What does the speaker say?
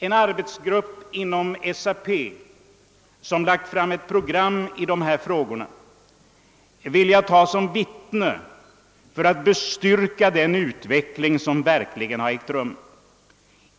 En arbetsgrupp inom SAP, som lagt fram en rapport i dessa frågor, vill jag ta som vittne för att styrka att en sådan utveckling verkligen ägt rum.